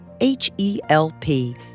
H-E-L-P